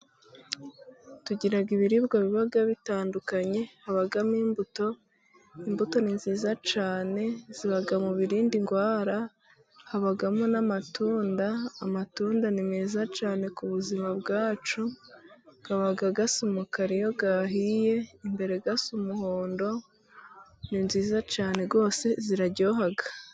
Tugira ibiribwa biba bitandukanye. Habamo n'imbuto. Imbuto ni nziza cyane. Ziba mu birinda indwara. Habamo n'amatunda, amatunda ni meza cyane ku buzima bwacu aba asa umukara iyo ahiye. Imbere asa umuhondo. Ni nziza cyane rwose ziraryoha.